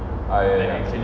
ah ya ya